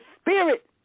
spirit